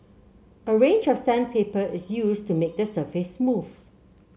a range of sandpaper is used to make the surface smooth